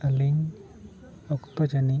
ᱟᱹᱞᱤᱧ ᱚᱠᱛᱚ ᱡᱟᱱᱤ